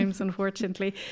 unfortunately